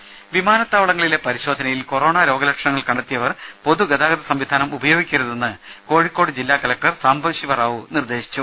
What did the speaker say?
രുദ വിമാനത്താവളങ്ങളിലെ പരിശോധനയിൽ കൊറോണ രോഗലക്ഷണങ്ങൾ കണ്ടെത്തിയവർ പൊതുഗതാഗത സംവിധാനം ഉപയാഗിക്കരുതെന്ന് കോഴിക്കോട് ജില്ലാ കലക്ടർ സാംബശിവറാവു പറഞ്ഞു